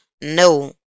No